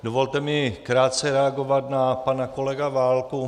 Dovolte mi krátce reagovat na pana kolegu Válka.